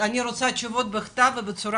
אני רוצה תשובות מסודרות בכתב.